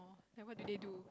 then what do they do